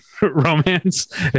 romance